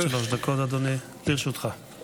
עד שלוש דקות לרשותך, אדוני.